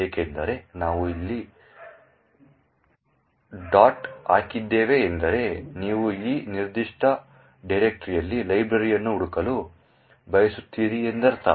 ಏಕೆಂದರೆ ನಾವು ಇಲ್ಲಿ ಡಾಟ್ ಹಾಕಿದ್ದೇವೆ ಎಂದರೆ ನೀವು ಈ ನಿರ್ದಿಷ್ಟ ಡೈರೆಕ್ಟರಿಯಲ್ಲಿ ಲೈಬ್ರರಿಯನ್ನು ಹುಡುಕಲು ಬಯಸುತ್ತೀರಿ ಎಂದರ್ಥ